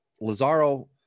Lazaro